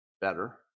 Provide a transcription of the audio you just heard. better